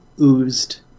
oozed